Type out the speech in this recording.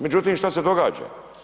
Međutim, što se događa?